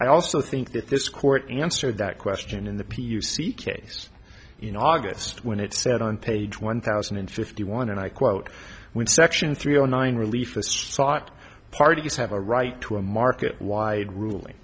i also think that this court answered that question in the p u c case you know august when it said on page one thousand and fifty one and i quote when section three zero nine relief sought parties have a right to a market wide ruling